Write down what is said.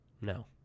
No